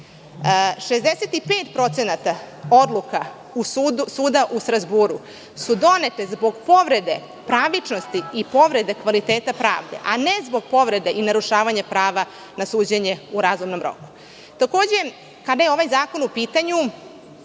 65% odluka suda u Strazburu su donete zbog povrede pravičnosti i povrede kvaliteta pravde, a ne zbog povrede i narušavanja prava na suđenje u razumnom